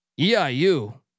EIU